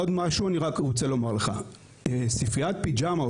ספריית "פיג'מה",